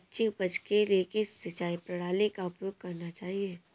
अच्छी उपज के लिए किस सिंचाई प्रणाली का उपयोग करना चाहिए?